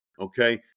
Okay